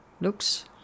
Looks